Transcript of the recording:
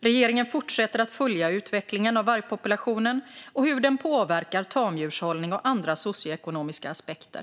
Regeringen fortsätter att följa utvecklingen av vargpopulationen och hur den påverkar tamdjurshållning och andra socioekonomiska aspekter.